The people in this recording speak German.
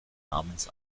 namens